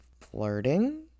flirting